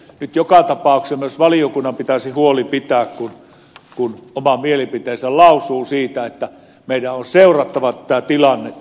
nyt joka tapauksessa myös valiokunnan pitäisi huoli pitää siitä kun oman mielipiteensä lausuu että meidän on seurattava tätä tilannetta